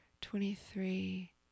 twenty-three